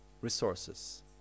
Resources